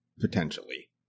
Potentially